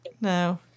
no